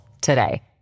today